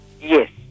Yes